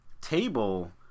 table